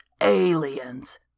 aliens